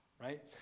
right